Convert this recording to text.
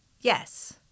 yes